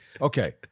Okay